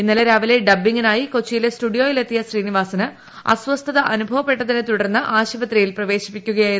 ഇന്ന്ലെങ് രാവിലെ ഡബ്ബിങ്ങിനായി കൊച്ചിയിലെ സ്റ്റുഡിയോയിൽ എത്തിയ ് ശ്രീനിവാസന് അസ്വസ്ഥത അനുഭവപ്പെട്ടതിനെ തുടർന്ന് ആശു്പിത്രിയിൽ പ്രവേശിപ്പിക്കുകയായിരുന്നു